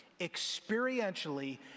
experientially